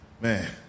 man